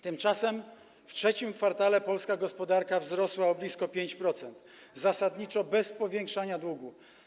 Tymczasem w III kwartale polska gospodarka wzrosła o blisko 5% zasadniczo bez powiększania długu.